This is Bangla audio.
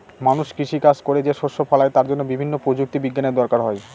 মানুষ কৃষি কাজ করে যে শস্য ফলায় তার জন্য বিভিন্ন প্রযুক্তি বিজ্ঞানের দরকার হয়